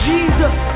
Jesus